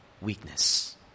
Weakness